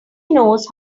knows